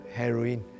heroin